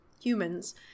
humans